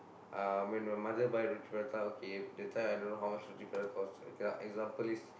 uh when my mother buy roti-prata okay that time I don't know how much roti-prata cost okay lah example is